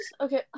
okay